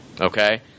okay